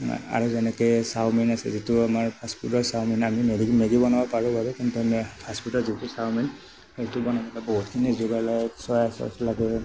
আৰু যেনেকৈ চাওমিন আছে যিটো আমাৰ ফাষ্টফুডৰ চাওমিন আমি মেগী মেগী বনাব পাৰোঁ বাৰু কিন্তু আমি ফাষ্টফুডৰ যিটো চাওমিন সেইটো বনাবলৈ বহুতখিনি যোগাৰ লাগে চয়া চ'চ লাগে